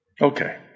Okay